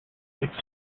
six